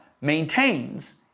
maintains